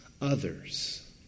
others